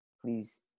please